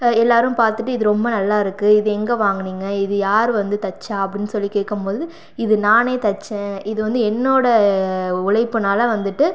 எல்லோரும் பார்த்துட்டு இது ரொம்ப நல்லா இருக்குது இது எங்கே வாங்குனீங்க இது யார் வந்து தைச்சா அப்படின்னு சொல்லி கேட்கம் போது இது நானே தைச்சேன் இது வந்து என்னோடய உழைப்பினால வந்துட்டு